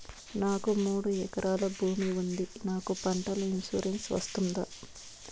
నాకు మూడు ఎకరాలు భూమి ఉంది నాకు పంటల ఇన్సూరెన్సు వస్తుందా?